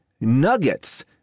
nuggets